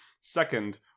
second